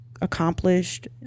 accomplished